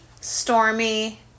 stormy